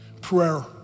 Prayer